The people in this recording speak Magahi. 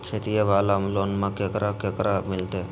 खेतिया वाला लोनमा केकरा केकरा मिलते?